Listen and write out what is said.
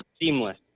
seamless